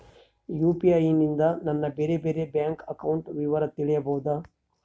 UPI ನಿಂದ ನನ್ನ ಬೇರೆ ಬೇರೆ ಬ್ಯಾಂಕ್ ಅಕೌಂಟ್ ವಿವರ ತಿಳೇಬೋದ?